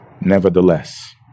Nevertheless